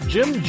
Jim